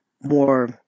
more